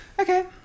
Okay